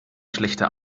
schlechte